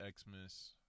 Xmas